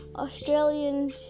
Australian